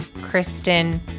Kristen